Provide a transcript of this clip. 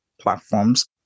platforms